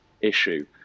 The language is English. issue